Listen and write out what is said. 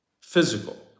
physical